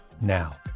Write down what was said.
now